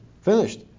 finished